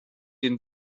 den